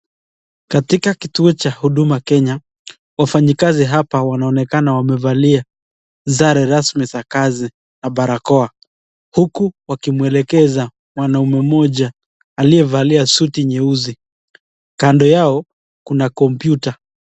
Katika kituo cha Huduma Kenya, wafanyikazi hapa wanaonekana wamevalia sare rasmi za kazi na barakoa, huku wakimuelekeza mwanaume mmoja aliyevalia suti nyeusi. Kando yao kuna kompyuta.